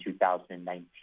2019